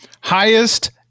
Highest